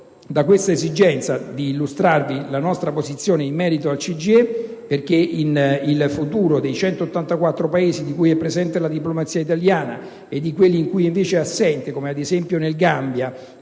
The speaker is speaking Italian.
nasce l'esigenza di illustrarvi la nostra posizione in merito al CGIE. Infatti, il futuro dei 184 Paesi in cui è presente la diplomazia italiana e di quelli in cui è invece assente (come ad esempio il Gambia,